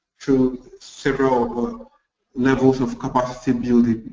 through several levels of capacity building.